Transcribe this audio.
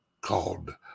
called